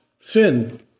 sin